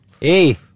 Hey